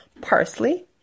parsley